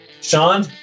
Sean